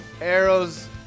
arrows